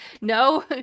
No